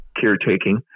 caretaking